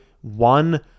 one